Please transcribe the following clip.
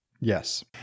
Yes